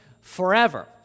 forever